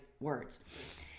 words